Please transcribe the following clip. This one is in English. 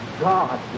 God